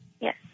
Yes